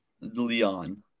Leon